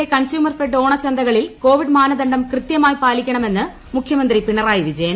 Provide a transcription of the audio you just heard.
കേരളത്തിലെ consumer fed ഓണചന്തകളിൽ Covid മാനദണ്ഡം കൃത്യമായി പാലിക്കണമെന്ന് മുഖ്യമന്ത്രി പിണറായി വിജയൻ